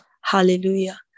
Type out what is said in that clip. Hallelujah